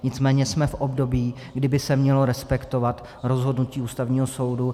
Nicméně jsme v období, kdy by se mělo respektovat rozhodnutí Ústavního soudu.